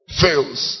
fails